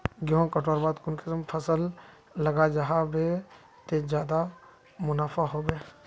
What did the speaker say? गेंहू कटवार बाद कुंसम फसल लगा जाहा बे ते ज्यादा मुनाफा होबे बे?